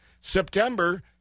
September